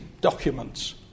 documents